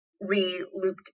re-looped